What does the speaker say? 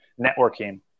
networking